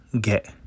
get